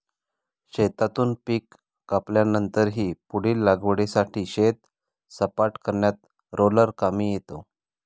शेतातून पीक कापल्यानंतरही पुढील लागवडीसाठी शेत सपाट करण्यात रोलर कामी येतो